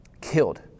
killed